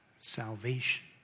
salvation